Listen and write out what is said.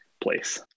place